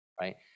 right